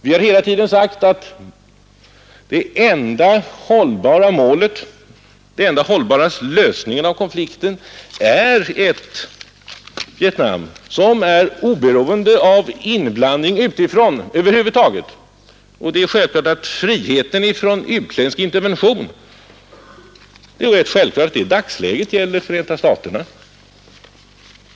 Vi har hela tiden sagt att den enda hållbara lösningen på konflikten är ett Vietnam som är oberoende av inblandning utifrån över huvud taget. Självfallet gäller friheten från utländsk intervention i dagsläget Förenta staterna.